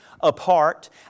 apart